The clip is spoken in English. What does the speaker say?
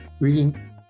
Reading